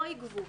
לא יגבו.